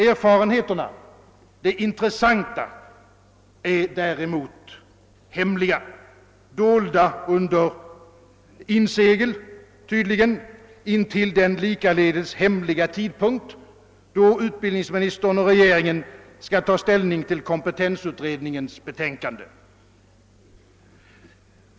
Erfarenheterna — det intressanta — är däremot hemliga, tydligen dolda under insegel intill den — likaledes hemliga — tidpunkt då utbildningsministern och regeringen skall ta ställning till kompetensutredningens betänkande.